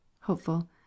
Hopeful